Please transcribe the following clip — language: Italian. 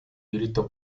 diritto